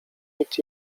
nikt